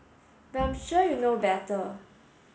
but I'm sure you know better